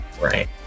right